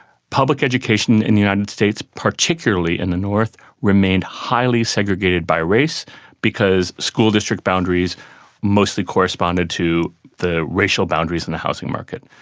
public education in the united states, particularly in the north, remained highly segregated by race because school district boundaries mostly corresponded to the racial boundaries in the housing market.